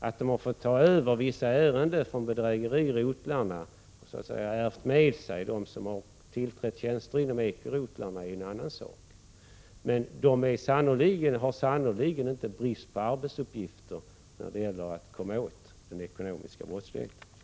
Att de så att säga har fått ärva vissa ärenden från bedrägerirotlarna — de som tillträtt tjänster inom ekorotlarna har tagit ärendena med sig — är en annan sak, men de har sannerligen inte brist på arbetsuppgifter när det gäller att komma åt den ekonomiska brottsligheten.